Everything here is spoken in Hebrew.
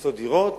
למצוא דירות.